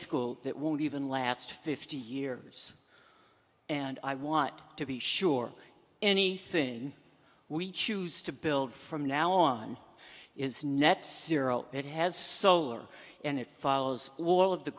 school that won't even last fifty years and i want to be sure anything we choose to build from now on is net zero it has solar and it follows all of the